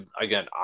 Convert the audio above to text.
Again